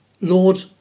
Lord